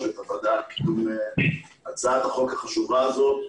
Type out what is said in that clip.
ואת הוועדה על הצעת החוק החשובה הזאת.